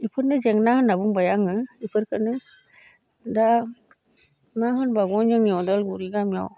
बेफोरनो जेंना होनना बुंबाय आङो बेफोरखोनो दा मा होनबावगोन जोंनि उदालगुरि गामियाव